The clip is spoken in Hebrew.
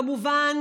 כמובן,